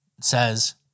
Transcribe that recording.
says